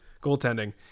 goaltending